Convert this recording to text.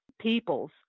peoples